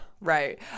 Right